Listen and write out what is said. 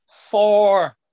four